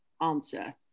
answer